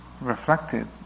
reflected